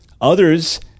Others